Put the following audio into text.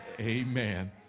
Amen